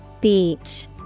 Beach